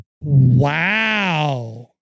Wow